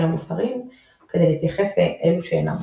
מוסריים כדי להתייחס לאלו שאינם מוסריים.